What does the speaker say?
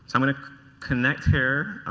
i'm going to connect here.